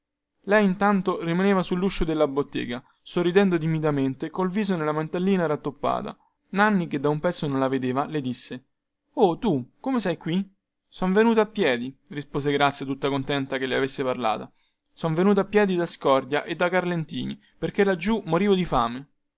lei intanto rimaneva sulluscio della bottega sorridendo timidamente col viso nella mantellina rattoppata nanni che da un pezzo non la vedeva le disse o tu come sei qui son venuta a piedi rispose grazia tutta contenta che le avesse parlato son venuta a piedi da scordia e carlentini perchè laggiù morivo di fame